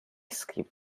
skip